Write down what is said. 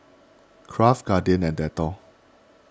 Kraft Guardian and Dettol